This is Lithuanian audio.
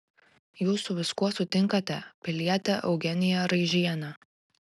jūs su viskuo sutinkate piliete eugenija raižiene